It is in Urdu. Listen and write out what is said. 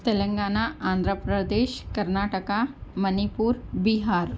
تلنگانہ آندھرا پردیش کرناٹکا منی پور بِہار